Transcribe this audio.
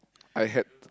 I had